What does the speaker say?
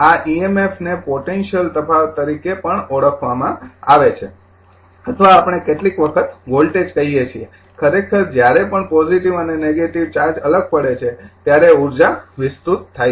આ ઇએમએફને પોટેન્સીયલ તફાવત તરીકે પણ ઓળખવામાં આવે છે અથવા આપણે કેટલીક વખત વોલ્ટેજ કહીએ છીએ ખરેખર જ્યારે પણ પોજિટિવ અને નેગેટિવ ચાર્જ અલગ પડે છે ત્યારે ઉર્જા વિસ્તૃત થાય છે